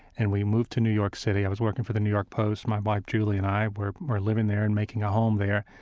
and we moved to new york city. i was working for the new york post. my wife, julie, and i were were living there and making a home there.